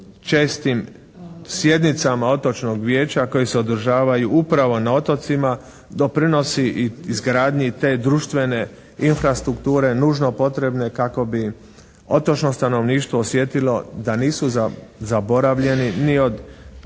čestim sjednicama otočnog vijeća koji se održavaju upravo na otocima doprinosi i izgradnji te društvene infrastrukture nužno potrebne kako bi otočno stanovništvo osjetilo da nisu zaboravljeni ni od